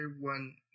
one